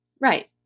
Right